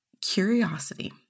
curiosity